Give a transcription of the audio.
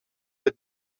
het